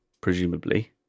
presumably